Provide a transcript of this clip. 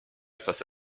face